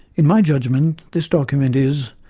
in my judgement, this document is,